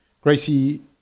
Gracie